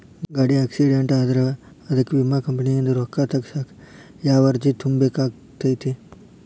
ಗಾಡಿ ಆಕ್ಸಿಡೆಂಟ್ ಆದ್ರ ಅದಕ ವಿಮಾ ಕಂಪನಿಯಿಂದ್ ರೊಕ್ಕಾ ತಗಸಾಕ್ ಯಾವ ಅರ್ಜಿ ತುಂಬೇಕ ಆಗತೈತಿ?